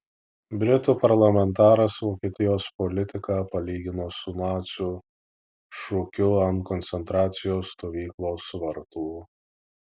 britų parlamentaras vokietijos politiką palygino su nacių šūkiu ant koncentracijos stovyklos vartų